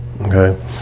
Okay